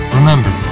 Remember